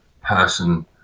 person